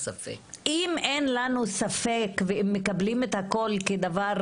אם אין לנו ספק ואם מקבלים את הכול כדבר